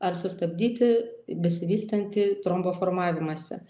ar sustabdyti besivystantį trombo formavimąsi